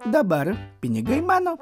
dabar pinigai mano